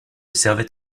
servait